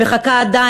מייל אחד מני רבים,